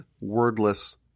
wordless